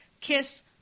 kiss